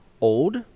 old